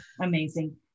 Amazing